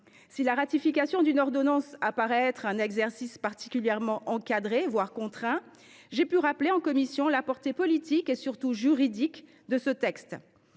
Si la ratification d’une ordonnance apparaît un exercice particulièrement encadré, voire contraint, j’ai pu rappeler en commission la portée politique et, surtout, juridique de ce texte.